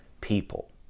people